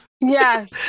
yes